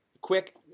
quick